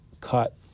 cut